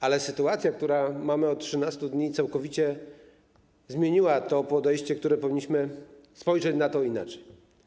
Ale sytuacja, którą mamy od 13 dni, całkowicie zmieniła to podejście, powinniśmy spojrzeć na to inaczej.